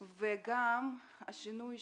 השינוי,